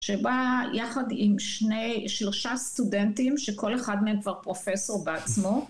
שבא יחד עם שלושה סטודנטים, שכל אחד מהם כבר פרופסור בעצמו.